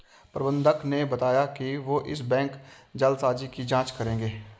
प्रबंधक ने बताया कि वो इस बैंक जालसाजी की जांच करेंगे